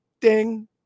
Ding